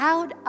out